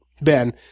Ben